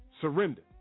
Surrender